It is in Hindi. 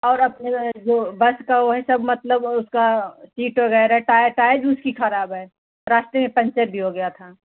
और अपने जो बस का वो है सब मतलब उसकी सीट वग़ैरह टायर भी उसका ख़राब है रास्ते में पंचर भी हो गया था